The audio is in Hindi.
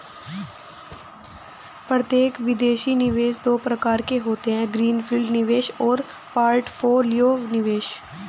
प्रत्यक्ष विदेशी निवेश दो प्रकार के होते है ग्रीन फील्ड निवेश और पोर्टफोलियो निवेश